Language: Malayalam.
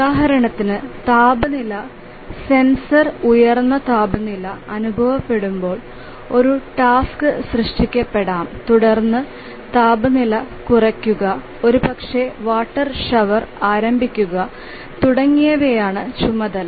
ഉദാഹരണത്തിന് താപനില സെൻസർ ഉയർന്ന താപനില അനുഭവപ്പെടുമ്പോൾ ഒരു ടാസ്ക് സൃഷ്ടിക്കപ്പെടാം തുടർന്ന് താപനില കുറയ്ക്കുക ഒരുപക്ഷേ വാട്ടർ ഷവർ ആരംഭിക്കുക തുടങ്ങിയവയാണ് ചുമതല